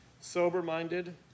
sober-minded